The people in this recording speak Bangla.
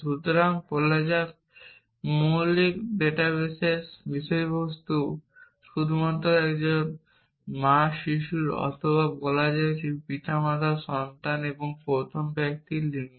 সুতরাং বলা যাক মৌলিক ডাটাবেসের বিষয়বস্তু শুধুমাত্র একজন মা শিশুর অথবা বলা যাক পিতামাতার সন্তান এবং প্রতিটি ব্যক্তির লিঙ্গ